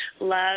love